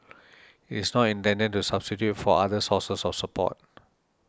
it is not intended to substitute for other sources of support